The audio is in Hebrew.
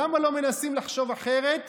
למה לא מנסים לחשוב אחרת,